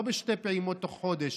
לא בשתי פעימות תוך חודש,